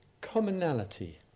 commonality